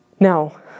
Now